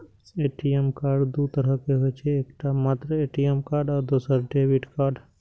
ATM card दू तरहक होइ छै, एकटा मात्र ए.टी.एम कार्ड आ दोसर डेबिट कार्ड